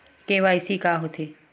KYC का होथे?